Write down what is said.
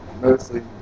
Mostly